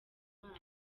imana